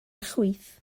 chwith